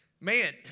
man